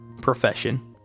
profession